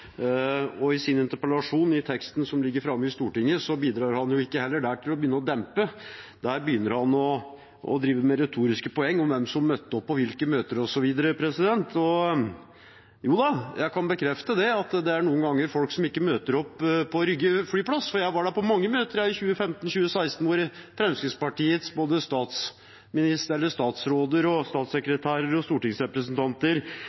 I sin interpellasjon, i teksten som ligger framme i Stortinget, bidrar han ikke til å dempe dette, der driver han med retoriske poeng om hvem som møtte opp på hvilke møter, osv. Jo da, jeg kan bekrefte at det noen ganger var folk som ikke møtte opp på Rygge flyplass, for jeg var der i mange møter i 2015–2016 hvor Fremskrittspartiets både statsråder, statssekretærer og